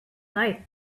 night